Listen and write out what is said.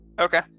okay